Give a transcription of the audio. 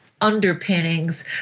underpinnings